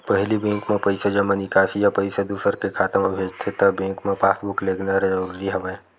पहिली बेंक म पइसा जमा, निकासी या पइसा दूसर के खाता म भेजथे त बेंक म पासबूक लेगना जरूरी राहय